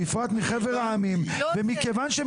שייתנו לו